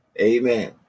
Amen